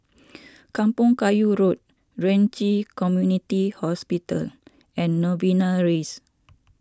Kampong Kayu Road Ren Ci Community Hospital and Novena Rise